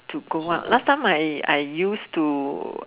to go out last time I I used to go out